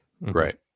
Right